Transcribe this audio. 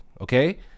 okay